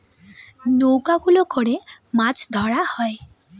নৌকা গুলো করে মাছ ধরা হয়